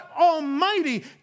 almighty